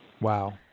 Wow